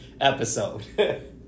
episode